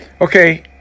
Okay